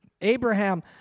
Abraham